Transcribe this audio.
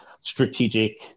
strategic